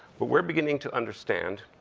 but we're beginning to understand